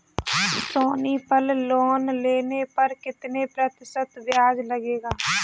सोनी पल लोन लेने पर कितने प्रतिशत ब्याज लगेगा?